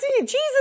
Jesus